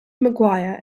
mcguire